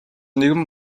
нэгэн